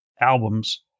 albums-